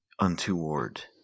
untoward